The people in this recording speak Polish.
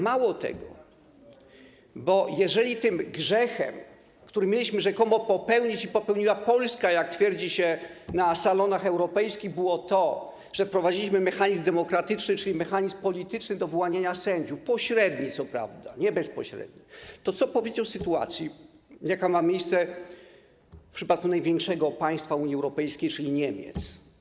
Mało tego, bo jeżeli tym grzechem, który mieliśmy rzekomo popełnić i który popełniła Polska, jak twierdzi się na salonach europejskich, było to, że wprowadziliśmy mechanizm demokratyczny, czyli mechanizm polityczny do wyłaniania sędziów, pośredni, co prawda, nie bezpośredni, to co powiecie o sytuacji, jaka ma miejsce w przypadku największego państwa Unii Europejskiej, czyli Niemiec?